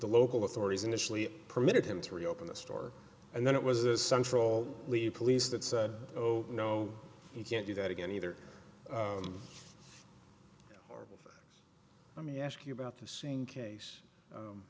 the local authorities initially permitted him to reopen the store and then it was this some troll police that said oh no you can't do that again either or let me ask you about the same case